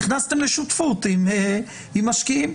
נכנסתם לשותפות עם משקיעים.